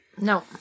No